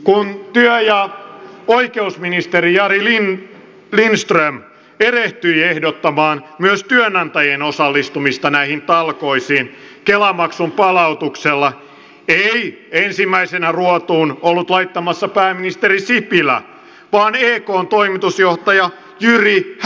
kun työ ja oikeusministeri jari lindström erehtyi ehdottamaan myös työnantajien osallistumista näihin talkoisiin kela maksun palautuksella ei ensimmäisenä ruotuun ollut laittamassa pääministeri sipilä vaan ekn toimitusjohtaja jyri häkämies